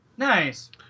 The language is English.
Nice